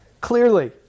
clearly